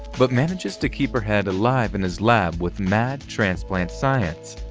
but manages to keep her head alive in his lab with mad transplant science.